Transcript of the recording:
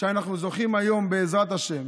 שאנחנו זוכים היום, בעזרת השם,